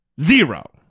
zero